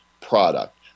product